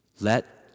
Let